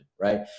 right